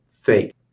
fake